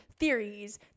theories